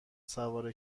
سوار